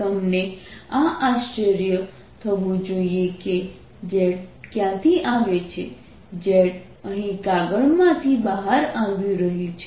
તમને આશ્ચર્ય થવું જોઈએ કે z ક્યાંથી આવે છે z અહીં કાગળ માંથી બહાર આવી રહ્યું છે